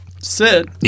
sit